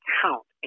count